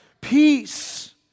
Peace